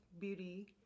beauty